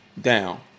down